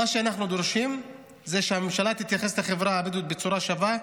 אנחנו דורשים שהממשלה תתייחס לחברה הבדואית בצורה שווה,